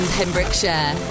Pembrokeshire